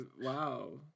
wow